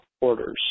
orders